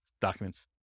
documents